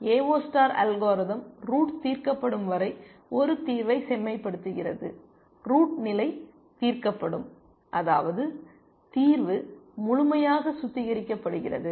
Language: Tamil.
ஏஓ ஸ்டார் அல்காரிதம் ரூட் தீர்க்கப்படும் வரை ஒரு தீர்வைச் செம்மைப்படுத்துகிறது ரூட் நிலை தீர்க்கப்படும் அதாவது தீர்வு முழுமையாக சுத்திகரிக்கப்படுகிறது